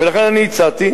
לכן, אני הצעתי,